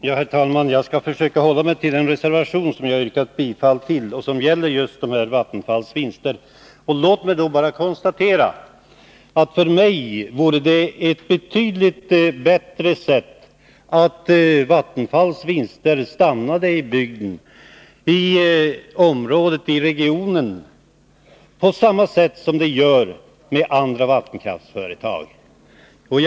Herr talman! Jag skall försöka hålla mig till den reservation som jag har yrkat bifall till och som gäller just Vattenfalls vinster. Låt mig bara konstatera att det för mig vore betydligt bättre om Vattenfalls vinster stannade i regionen; på samma sätt som andra vattenkraftsföretags vinster.